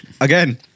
again